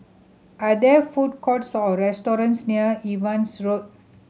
are there food courts or restaurants near Evans Road